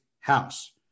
house